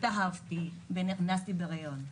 והתאהבתי ונכנסתי להריון.